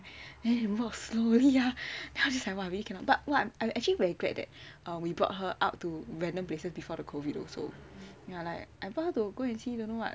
then we walk slowly ah then 我就想 !wah! really cannot but what I'm actually really glad that we brought her out to random places before the COVID also ya like I brought her to go and see don't know what